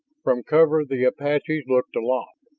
from cover the apaches looked aloft.